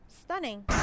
stunning